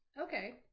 Okay